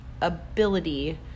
ability